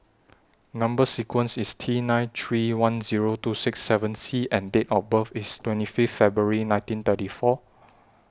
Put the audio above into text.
Number sequence IS T nine three one Zero two six seven C and Date of birth IS twenty five February nineteen thirty four